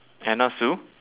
anna sue